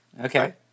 Okay